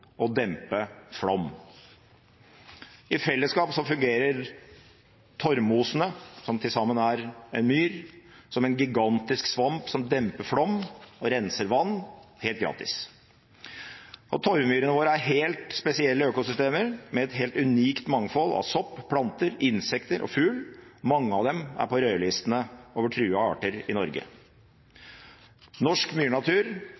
og dempe flom. I fellesskap fungerer torvmosene – som til sammen er en myr – som en gigantisk svamp som demper flom og renser vann, helt gratis. Torvmyrene våre er helt spesielle økosystemer, med et helt unikt mangfold av sopp, planter, insekter og fugl. Mange av dem er på rødlistene over truede arter i Norge. Norsk myrnatur